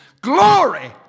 glory